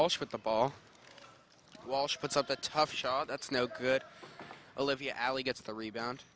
walsh with the ball walsh puts up a tough shot that's no good olivia actually gets the rebound